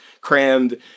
crammed